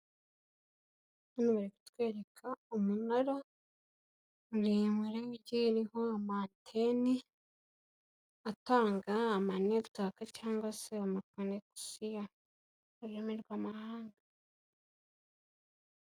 Hano bari kutwereka umunara murebure ugiye uriho amateni atanga amanetiwaka cyangwa se amakonegisiyo mu rurimi rw'amahanga.